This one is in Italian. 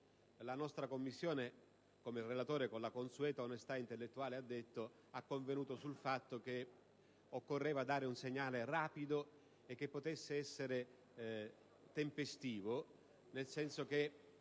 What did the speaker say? La 1a Commissione permanente, come il relatore con la consueta onestà intellettuale ha detto, ha convenuto sul fatto che occorreva dare un segnale che potesse essere tempestivo. Infatti, con